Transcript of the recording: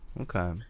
okay